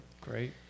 Great